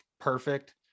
perfect